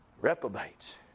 Reprobates